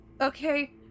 okay